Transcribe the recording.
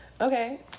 Okay